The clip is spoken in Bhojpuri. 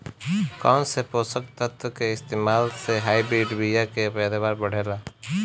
कौन से पोषक तत्व के इस्तेमाल से हाइब्रिड बीया के पैदावार बढ़ेला?